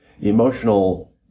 emotional